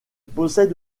possède